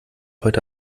heute